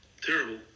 Terrible